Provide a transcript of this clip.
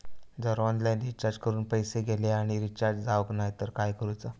जर online recharge करून पैसे गेले आणि रिचार्ज जावक नाय तर काय करूचा?